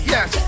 Yes